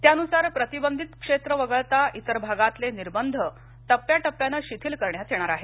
त्यानुसार प्रतिबंधित क्षेत्र वगळता इतर भागातले निर्बंध टप्प्याटप्प्यानं शिथिल करण्यात येणार आहेत